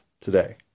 today